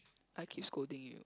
I keep scolding you